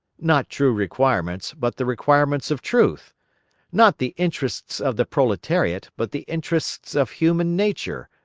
not true requirements, but the requirements of truth not the interests of the proletariat, but the interests of human nature,